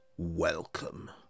Welcome